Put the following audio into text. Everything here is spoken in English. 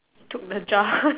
took the jar away